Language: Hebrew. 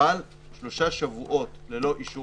אבל שלושה שבועות ללא אישור